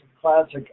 classic